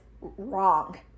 wrong